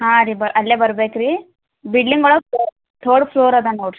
ಹಾಂ ರೀ ಬ ಅಲ್ಲೇ ಬರ್ಬೇಕು ರೀ ಬಿಡ್ಲಿಂಗ್ ಒಳಗೆ ತರ್ಡ್ ಫ್ಲೋರ್ ಅದಾ ನೋಡ್ರಿ